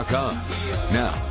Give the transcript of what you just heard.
Now